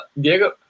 Diego